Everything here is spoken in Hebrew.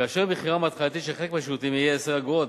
כאשר מחירם ההתחלתי של חלק מהשירותים יהיה 10 אגורות,